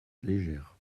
légère